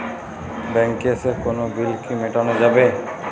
ব্যাংকে এসে কোনো বিল কি মেটানো যাবে?